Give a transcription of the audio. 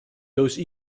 those